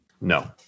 No